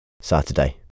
Saturday